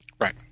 Right